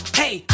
hey